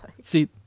See